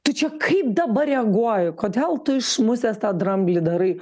tu čia kaip dabar reaguoji kodėl tu iš musės tą dramblį darai